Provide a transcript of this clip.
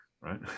right